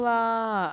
G_P